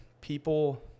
people